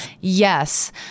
Yes